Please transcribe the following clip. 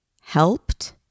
helped